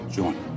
join